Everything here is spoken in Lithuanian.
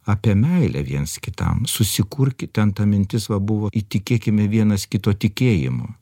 apie meilę viens kitam susikurkit ten ta mintis va buvo įtikėkime vienas kito tikėjimu